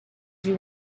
you